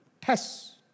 tests